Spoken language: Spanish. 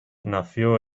nació